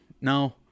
No